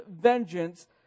vengeance